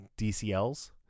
DCLs